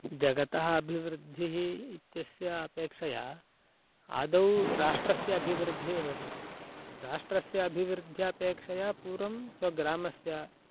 जगतः अभिवृद्धिः इत्यस्य अपेक्षया आदौ राष्ट्रस्य अभिवृद्धिः भवेत् राष्ट्रस्य अभिवृद्ध्यपेक्षया पूर्वं स्वग्रामस्य